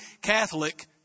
Catholic